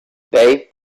bay